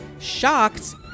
shocked